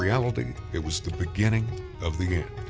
reality, it was the beginning of the end.